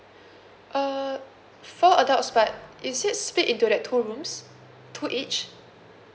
uh four adults but is it split into that two rooms two each